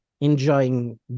enjoying